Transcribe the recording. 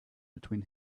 between